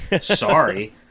Sorry